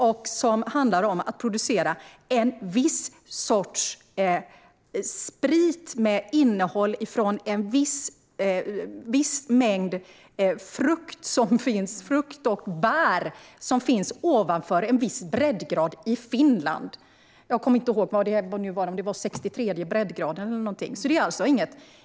Undantaget handlar om att producera en viss sorts sprit med innehåll från en viss mängd frukt och bär som finns ovanför en viss breddgrad i Finland - det var 63:e breddgraden eller något sådant.